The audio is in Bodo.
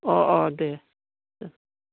अ अ दे ओ